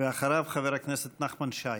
ואחריו, חבר הכנסת נחמן שי.